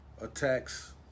attacks